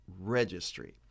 registry